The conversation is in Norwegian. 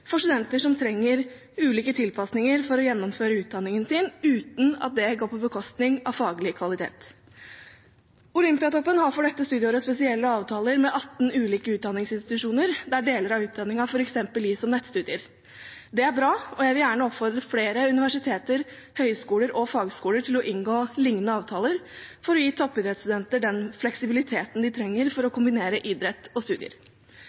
for studenter som trenger ulike tilpassinger for å gjennomføre utdanningen sin, uten at det går på bekostning av faglig kvalitet. Olympiatoppen har for dette studieåret spesielle avtaler med 18 utdanningsinstitusjoner, der deler av utdanningen f.eks. gis som nettstudier. Det er bra, og jeg vil gjerne oppfordre flere universiteter, høyskoler og fagskoler til å inngå liknende avtaler for å gi toppidrettsstudenter den fleksibiliteten de trenger for å kombinere idrett og studier.